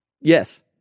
Yes